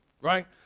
right